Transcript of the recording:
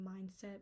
mindset